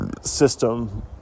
system